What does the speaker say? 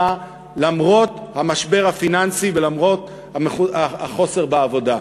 למרות המשבר הפיננסי ולמרות החוסר בעבודה.